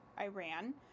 Iran